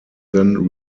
then